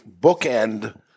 bookend